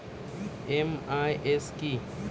MIS কি?